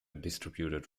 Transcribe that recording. distributed